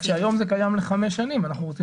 אלא שהיום זה קיים לחמש שנים ואנחנו רוצים